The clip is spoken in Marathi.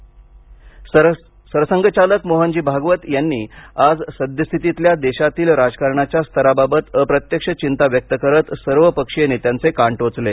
संघ सरसंघ चालक मोहनजी भागवत यांनी आज सद्यस्थितीतल्या देशातील राजकारणाच्या स्तराबाबत अप्रत्यक्ष चिंता व्यक्त करत सर्व पक्षीय नेत्यांचे कान टोचले